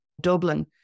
Dublin